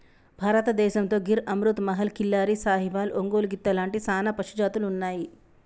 భారతదేసంతో గిర్ అమృత్ మహల్, కిల్లారి, సాహివాల్, ఒంగోలు గిత్త లాంటి సానా పశుజాతులు ఉన్నాయి